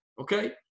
okay